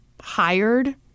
hired